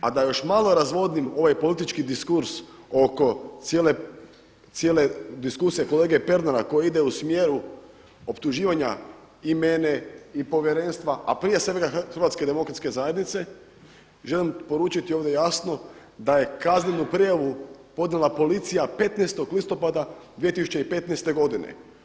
A da još malo razvodnim ovaj politički diskurs oko cijele diskusije kolege Pernara koji ide u smjeru optuživanja i mene i Povjerenstva, a prije svega Hrvatske demokratske zajednice želim poručiti ovdje jasno da je kaznenu prijavu podnijela policija 15. listopada 2015. godine.